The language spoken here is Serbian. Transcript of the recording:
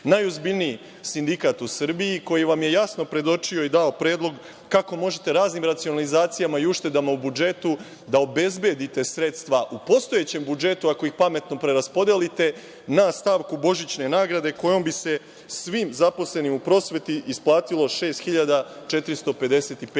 Najozbiljniji sindikat u Srbiji koji vam je jasno predočio i dao predlog kako možete raznim racionalizacijama i uštedama u budžetu da obezbedite sredstva u postojećem budžetu ako ih pametno preraspodelite na stavku božićne nagrade kojom bi se svim zaposlenima u prosveti ispatilo šest